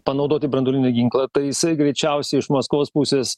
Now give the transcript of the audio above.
panaudoti branduolinį ginklą tai jisai greičiausiai iš maskvos pusės